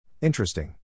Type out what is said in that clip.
Interesting